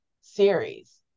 series